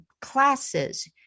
classes